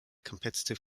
competitive